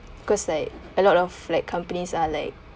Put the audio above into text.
because like a lot of like companies are like